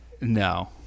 No